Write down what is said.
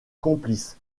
complice